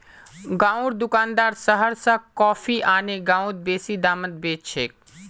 गांउर दुकानदार शहर स कॉफी आने गांउत बेसि दामत बेच छेक